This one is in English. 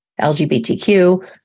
LGBTQ